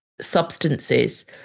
substances